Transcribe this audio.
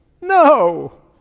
No